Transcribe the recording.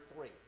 three